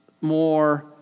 more